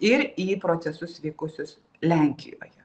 ir į procesus vykusius lenkijoje